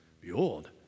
Behold